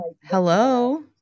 Hello